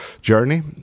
journey